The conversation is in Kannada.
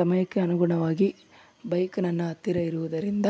ಸಮಯಕ್ಕೆ ಅನುಗುಣವಾಗಿ ಬೈಕ್ ನನ್ನ ಹತ್ತಿರ ಇರುವುದರಿಂದ